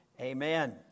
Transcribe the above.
Amen